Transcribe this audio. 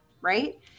Right